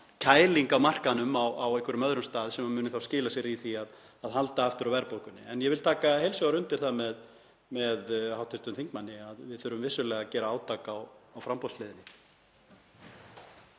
kæling á markaðnum á einhverjum öðrum stað sem myndi skila sér í því að halda aftur af verðbólgunni. En ég vil taka heils hugar undir það með hv. þingmanni að við þurfum vissulega að gera átak á framboðshliðinni.